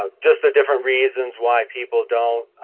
ah just the different reasons why people don't